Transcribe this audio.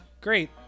great